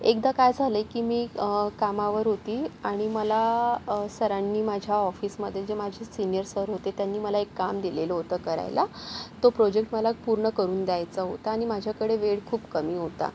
एकदा काय झाले की मी कामावर होती आणि मला सरांनी माझ्या ऑफिसमध्ये जे माझे सीनियर सर होते त्यांनी मला एक काम दिलेलं होतं करायला तो प्रोजेक्ट मला पूर्ण करून द्यायचा होता आणि माझ्याकडे वेळ खूप कमी होता